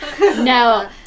No